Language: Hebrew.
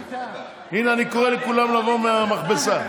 הינה, אני קורא לכולם לבוא מהמכבסה.